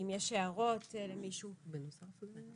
אם יש הערות, בבקשה.